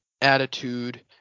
attitude